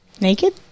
naked